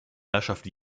herrschaft